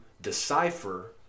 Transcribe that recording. decipher